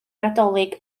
nadolig